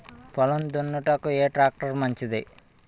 పొలం దున్నుటకు ఏ ట్రాక్టర్ మంచిది?